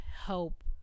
help